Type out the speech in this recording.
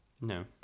No